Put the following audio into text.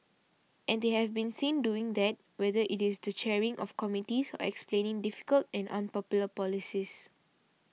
and they have been seen doing that whether it is the chairing of committees or explaining difficult and unpopular policies